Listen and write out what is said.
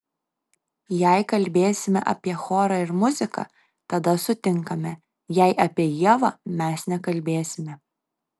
jei kalbėsime apie chorą ir muziką tada sutinkame jei apie ievą mes nekalbėsime